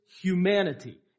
humanity